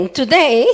today